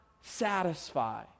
satisfy